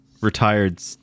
retired